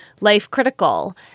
life-critical